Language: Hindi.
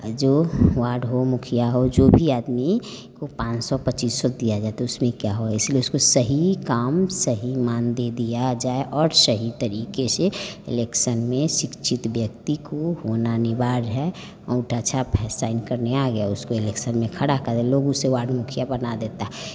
जो वार्ड हो मुखिया हो जो भी आदमी को पाँच सौ पच्चीस सौ दिया जाता है उसमे क्या हो इसलिए उसको सही काम सही मानदेय दिया जाए और सही तरीके से एलेक्सन में शिक्षित व्यक्ति को होना अनिवार्य है अंगूठा छाप फिर साइन करने आ गया उसको एलेक्सन में खड़ा करे लोग उसे वार्ड मुखिया बना देता